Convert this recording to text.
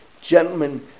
Gentlemen